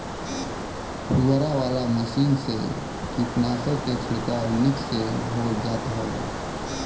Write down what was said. फुहारा वाला मशीन से कीटनाशक के छिड़काव निक से हो जात हवे